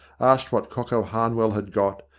asked what cocko harnwell had got,